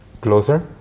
closer